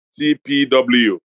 CPW